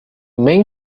main